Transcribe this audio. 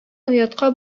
оятка